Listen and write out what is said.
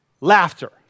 laughter